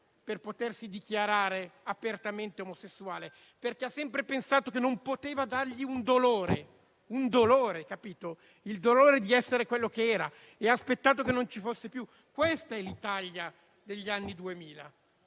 per potersi dichiarare apertamente omosessuale, perché ha sempre pensato che non poteva dargli un dolore, il dolore di essere quello che era. Ha aspettato che non ci fosse più: questa è l'Italia degli anni 2000.